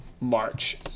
March